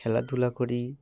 খেলাধুলা করি